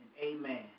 Amen